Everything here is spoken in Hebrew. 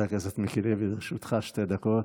חבר הכנסת מיקי לוי, לרשותך שתי דקות.